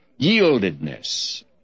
yieldedness